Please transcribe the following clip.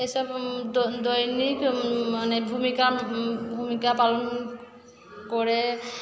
এসব এখন দৈনিক ভূমিকা ভূমিকা পালন করে